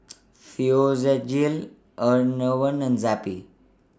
Physiogel Enervon and Zappy